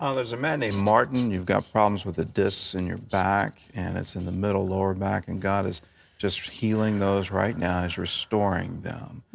um there's a man named martin. you've got problems with the disks in your back. and it's in the middle lower back. and god is just healing those right now, and is restoring them,